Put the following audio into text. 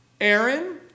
Aaron